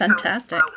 Fantastic